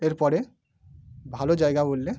এর পরে ভালো জায়গা বললে